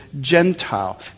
Gentile